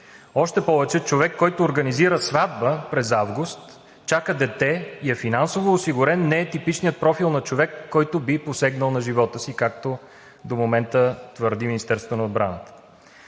Още повече човек, който организира сватба през август, чака дете и е финансово осигурен, не е типичният профил на човек, който би посегнал на живота си, както до момента твърди Министерството на отбраната.